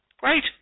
great